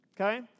Okay